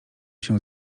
się